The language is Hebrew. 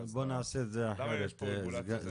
למה יש פה רגולציה?